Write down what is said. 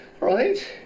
right